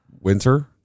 winter